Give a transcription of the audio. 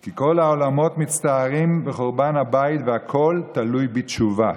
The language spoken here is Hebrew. כי כל העולמות מצטערים בחורבן הבית והכל תלוי בתשובה".